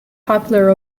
popular